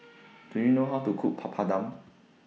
Do YOU know How to Cook Papadum